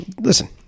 Listen